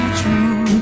true